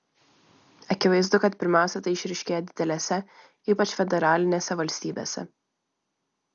akivaizdu kad pirmiausia tai išryškėja didelėse ypač federalinėse valstybėse